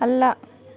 ಅಲ್ಲ